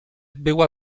była